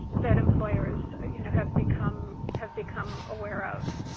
but employers you know have become have become aware of.